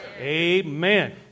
Amen